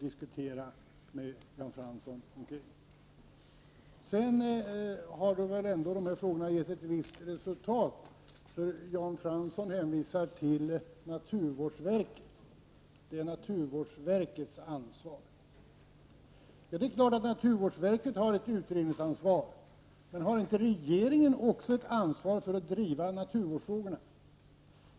De här frågorna har väl också givit ett visst resultat — Jan Fransson hänvisade till att det är naturvårdsverkets ansvar. Det är klart att naturvårdsverket har ett utredningsansvar, men har inte också regeringen ett ansvar för att driva naturvårdsfrågorna?